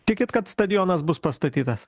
tikit kad stadionas bus pastatytas